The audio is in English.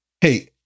Hey